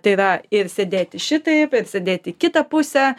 tai yra ir sėdėti šitaip ir sėdėti į kitą pusę